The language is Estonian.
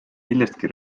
millestki